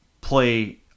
play